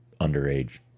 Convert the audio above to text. underage